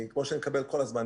כמו שאני מקבל כל הזמן,